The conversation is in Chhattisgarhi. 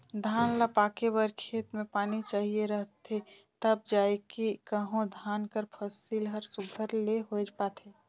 धान ल पाके बर खेत में पानी चाहिए रहथे तब जाएके कहों धान कर फसिल हर सुग्घर ले होए पाथे